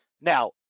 Now